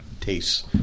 tastes